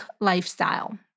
lifestyle